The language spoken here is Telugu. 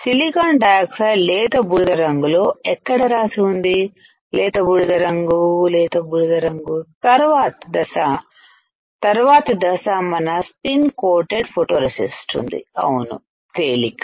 సిలికాన్ డయాక్సైడ్ లేత బూడిద రంగు లో ఎక్కడ రాసి ఉంది లేత బూడిద రంగు లేత బూడిద రంగు తర్వాత దశ తర్వాత దశ మన స్స్పీన్డ్ కోటెడ్ఫోటో రెసిస్ట్ ఉందిఅవును తేలిక